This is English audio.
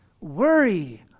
worry